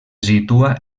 situa